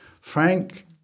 Frank